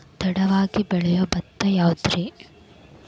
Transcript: ತಡವಾಗಿ ಬೆಳಿಯೊ ಭತ್ತ ಯಾವುದ್ರೇ?